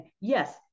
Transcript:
yes